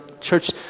church